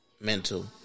mental